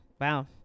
wow